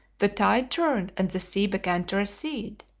the tide turned and the sea began to recede.